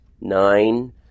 nine